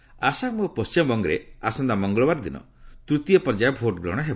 campaigning Assam ଓ ପଶ୍ଚିମବଙ୍ଗରେ ଆସନ୍ତା ମଙ୍ଗଳବାର ଦିନ ତୂତୀୟପର୍ଯ୍ୟାୟ ଭୋଟ୍ଗ୍ରହଣ ହେବ